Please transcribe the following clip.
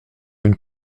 une